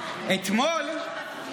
למה אתה אומר את זה?